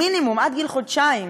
המינימום, עד גיל חודשיים,